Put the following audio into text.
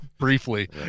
briefly